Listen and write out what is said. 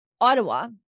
Ottawa